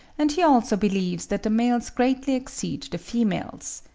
and he also believes that the males greatly exceed the females.